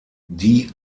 die